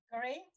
Great